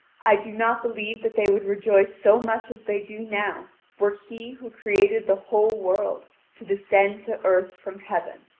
i do not believe that they would rejoice so much as they do now were he who created the whole world to descend to earth from heaven.